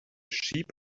sheep